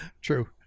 true